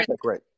great